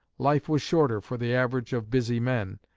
life was shorter for the average of busy men,